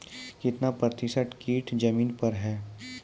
कितना प्रतिसत कीट जमीन पर हैं?